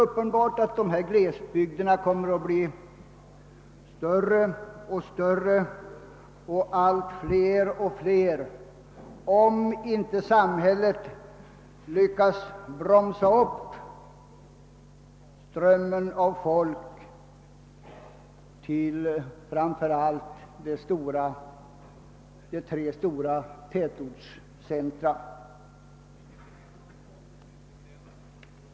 Uppenbart är emellertid att glesbygderna efter hand kommer att bli allt fler och allt större, om inte samhället lyckas hejda strömmen av människor till framför allt de tre stora tätortsområdena.